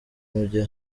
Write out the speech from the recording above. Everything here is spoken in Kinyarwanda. mujye